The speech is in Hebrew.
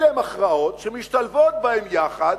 אלה הן הכרעות שמשתלבים בהן יחד